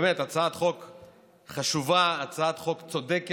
שהעלו באמת הצעת חוק חשובה, הצעת חוק צודקת,